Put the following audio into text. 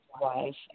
wife